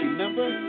number